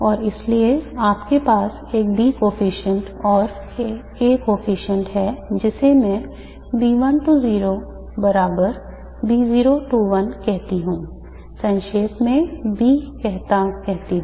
और इसलिए आपके पास एक B coefficient और A coefficient है जिसे मैं बराबर कहता हूं संक्षेप में B कहता हूं